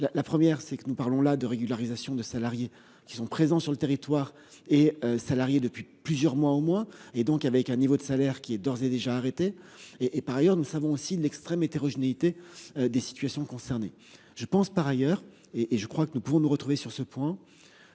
la première c'est que nous parlons là de régularisation de salariés qui sont présents sur le territoire et salarié depuis plusieurs mois au moins et donc avec un niveau de salaire qui est d'ores et déjà arrêté et. Et par ailleurs, nous savons aussi l'extrême hétérogénéité des situations concernées. Je pense par ailleurs et et je crois que nous pouvons nous retrouver sur ce point